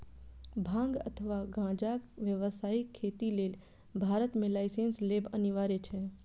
भांग अथवा गांजाक व्यावसायिक खेती लेल भारत मे लाइसेंस लेब अनिवार्य छै